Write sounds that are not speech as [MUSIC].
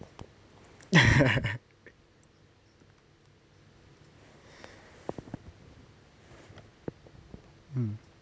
[LAUGHS] mm